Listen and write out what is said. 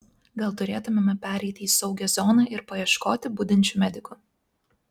gal turėtumėme pereiti į saugią zoną ir paieškoti budinčių medikų